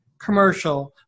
commercial